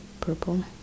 purple